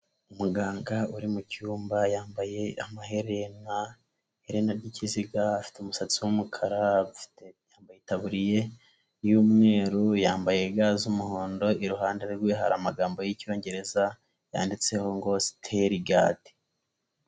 Umuganga uri mu cyumba yambaye amaherenare iherena ry'ikiziga, afite umusatsi w'umukara, afite itaburiye y'umweru yambaye ga z'umuhondo, iruhande rwe hari amagambo y'icyongereza yanditseho ngo sitili gadi.